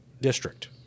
district